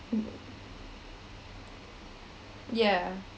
(uh huh) yeah